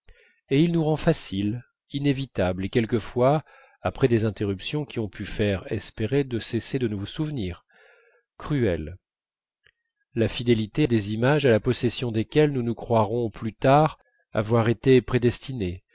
vie il nous rend facile inévitable et quelquefois après des interruptions qui ont pu faire espérer de cesser de nous souvenir cruelle la fidélité des images à la possession desquelles nous nous croirons plus tard avoir été prédestinés